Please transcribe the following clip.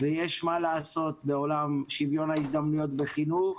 ויש מה לעשות בעולם שוויון ההזדמנויות בחינוך,